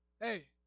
hey